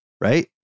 right